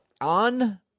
on